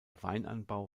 weinanbau